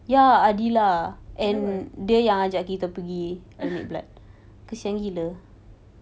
kenapa